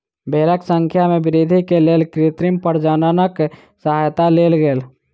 भेड़क संख्या में वृद्धि के लेल कृत्रिम प्रजननक सहयता लेल गेल